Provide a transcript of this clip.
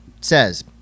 says